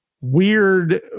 weird